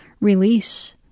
release